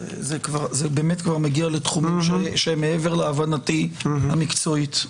זה באמת כבר מגיע לתחומים שהם מעבר להבנתי המקצועית.